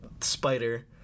Spider